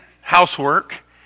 housework